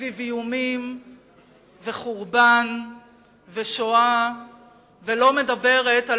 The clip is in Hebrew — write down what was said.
סביב איומים וחורבן ושואה ולא מדברת על